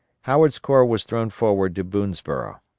howard's corps was thrown forward to boonsborough.